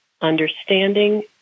understanding